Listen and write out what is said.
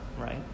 right